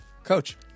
Coach